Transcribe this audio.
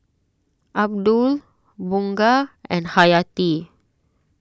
Abdul Bunga and Hayati